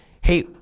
hey